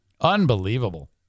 Unbelievable